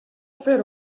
fer